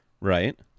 right